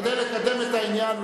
כדי לקדם את העניין,